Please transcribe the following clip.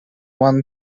one